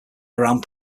around